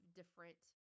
different